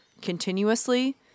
continuously